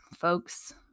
folks